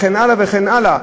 וכן הלאה.